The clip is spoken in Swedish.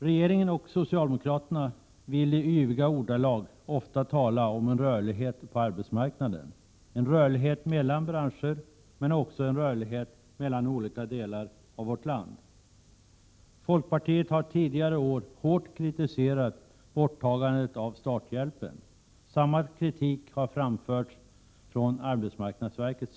Regeringen och socialdemokraterna vill i yviga ordalag ofta tala om en rörlighet på arbetsmarknaden, en rörlighet mellan branscher men också mellan olika delar av vårt land. Folkpartiet har tidigare år hårt kritiserat borttagandet av starthjälpen. Samma kritik har framförts från arbetsmarknadsverket.